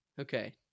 Okay